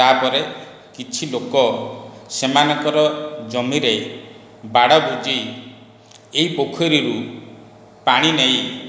ତାପରେ କିଛି ଲୋକ ସେମାନଙ୍କର ଜମିରେ ବାଡ଼ ବୁଜି ଏଇ ପୋଖରୀରୁ ପାଣିନେଇ